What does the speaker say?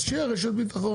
אז שתהיה רשת ביטחון,